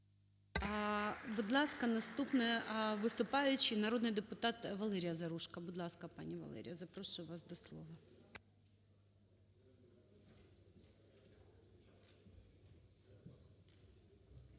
Будь ласка, наступний виступаючий народний депутат Валерія Заружко. Будь ласка, пані Валерія запрошую вас до слова.